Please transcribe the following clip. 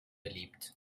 beliebt